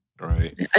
Right